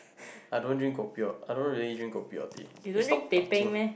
I don't drink kopi O I don't really drink kopi or tea eh stop talking